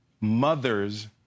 mothers